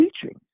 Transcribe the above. teaching